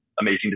amazing